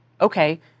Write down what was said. okay